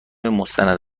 مستند